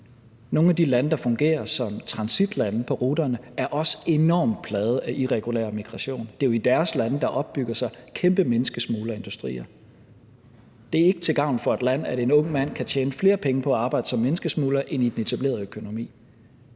Nogle af de lande, som fungerer som transitlande på ruterne, er også enormt plaget af irregulær migration. Det er jo i deres lande, der opbygger sig kæmpe menneskesmuglerindustrier. Det er ikke til gavn for et land, at en ung mand kan tjene flere penge på at arbejde som menneskesmugler end i den etablerede økonomi.